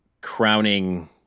crowning